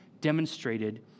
demonstrated